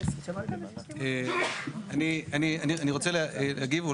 אני רוצה להגיב.